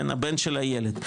הבן של הילד,